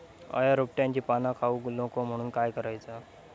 अळ्या रोपट्यांची पाना खाऊक नको म्हणून काय करायचा?